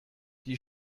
die